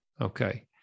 Okay